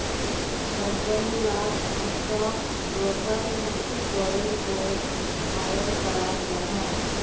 company लात stock broker मुख्य तौरेर पोर हायर कराल जाहा